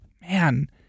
man